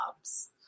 jobs